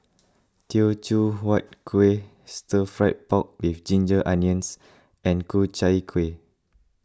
Teochew Huat Kuih Stir Fried Pork with Ginger Onions and Ku Chai Kuih